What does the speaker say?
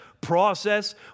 process